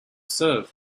serve